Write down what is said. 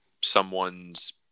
someone's